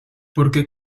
porque